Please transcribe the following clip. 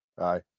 Aye